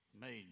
made